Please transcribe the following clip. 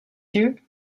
you